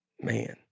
man